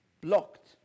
Blocked